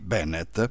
Bennett